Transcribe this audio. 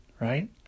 right